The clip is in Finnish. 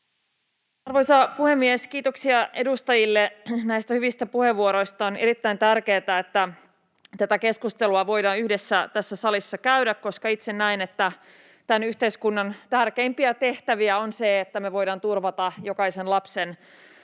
Arvoisa puhemies! Kiitoksia edustajille näistä hyvistä puheenvuoroista. On erittäin tärkeätä, että tätä keskustelua voidaan yhdessä tässä salissa käydä, koska itse näen, että tämän yhteiskunnan tärkeimpiä tehtäviä on se, että me voidaan turvata jokaisen lapsen